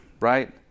right